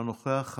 אינו נוכח.